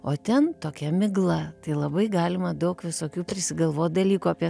o ten tokia migla tai labai galima daug visokių prisigalvot dalykų apie